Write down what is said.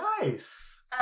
Nice